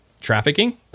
trafficking